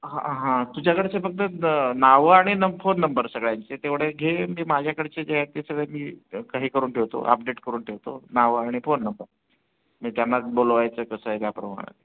हां तुझ्याकडचे फक्त द नावं आणि नंबर फोन नंबर सगळ्यांचे तेवढे घे मी माझ्याकडचे जे आहेत ते सगळे मी का हे करून ठेवतो अपडेट करून ठेवतो नावं आणि फोन नंबर मी त्यांना बोलवायचं कसं आहे त्या प्रमाणात